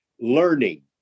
Learning